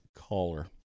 caller